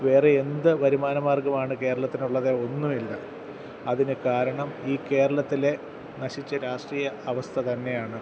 വേറെ എന്ത് വരുമാനമാർഗ്ഗമാണ് കേരളത്തിനുള്ളത് ഒന്നും ഇല്ല അതിന് കാരണം ഈ കേരളത്തിലെ നശിച്ച രാഷ്ട്രീയ അവസ്ഥ തന്നെയാണ്